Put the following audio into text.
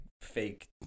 fake